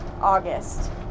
August